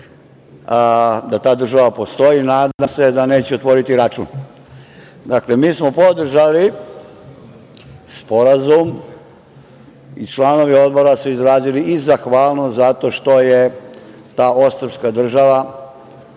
da ta država postoji, da neće otvoriti račun. Dakle, mi smo podržali sporazum i članovi Odbora su izrazili i zahvalnost zato što je ta ostrvska država